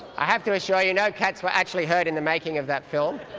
i have to assure you no cats were actually hurt in the making of that film.